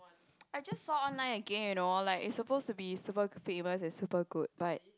I just saw online again you know like it's supposed to be super famous and super good but